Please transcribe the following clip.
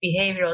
behavioral